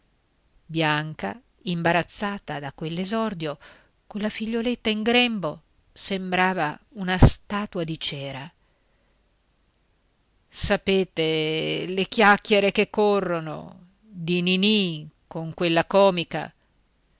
bianca imbarazzata da quell'esordio colla figliuoletta in grembo sembrava una statua di cera saprete le chiacchiere che corrono di ninì con quella comica